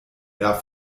air